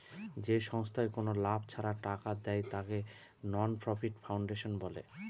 যে সংস্থায় কোনো লাভ ছাড়া টাকা ধার দেয়, তাকে নন প্রফিট ফাউন্ডেশন বলে